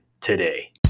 today